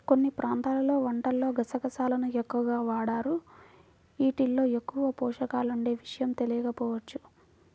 కొన్ని ప్రాంతాల్లో వంటల్లో గసగసాలను ఎక్కువగా వాడరు, యీటిల్లో ఎక్కువ పోషకాలుండే విషయం తెలియకపోవచ్చు